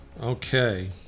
Okay